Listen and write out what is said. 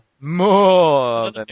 more